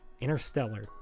Interstellar